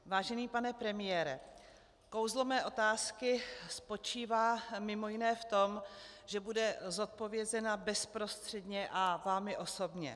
Vážený pane premiére, kouzlo mé otázky spočívá mimo jiné v tom, že bude zodpovězena bezprostředně a vámi osobně.